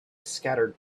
scattered